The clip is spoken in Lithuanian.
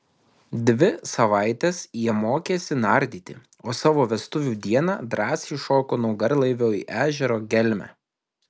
dvi savaites jie mokėsi nardyti o savo vestuvių dieną drąsiai šoko nuo garlaivio į ežero gelmę